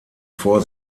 vor